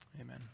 Amen